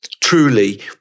Truly